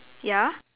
yeah